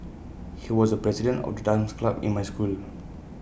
he was the president of the dance club in my school